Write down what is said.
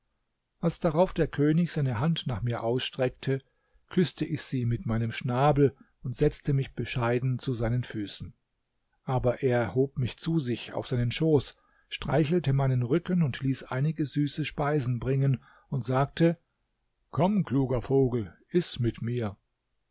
als darauf der könig seine hand nach mir ausstreckte küßte ich sie mit meinem schnabel und setzte mich bescheiden zu seinen füßen aber er hob mich zu sich auf seinen schoß streichelte meinen rücken ließ einige süße speisen bringen und sagte komm kluger vogel iß mit mir